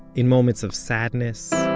in moments of sadness,